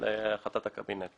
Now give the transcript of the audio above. כשאני השתמשתי במושג "הקפאה",